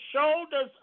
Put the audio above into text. shoulders